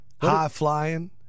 high-flying